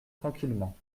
tranquillement